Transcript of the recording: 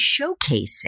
showcasing